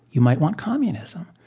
you might want communism.